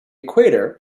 equator